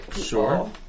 Sure